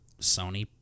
Sony